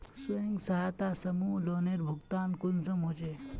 स्वयं सहायता समूहत लोनेर भुगतान कुंसम होचे?